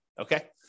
okay